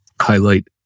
highlight